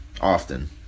often